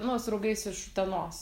nu su raugais iš utenos